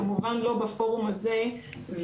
כמובן לא בפורום הזה.